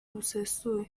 busesuye